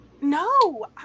no